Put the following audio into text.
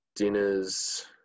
Dinners